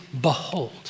behold